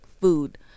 food